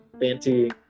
fancy